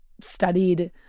studied